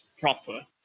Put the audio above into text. proper